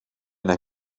neu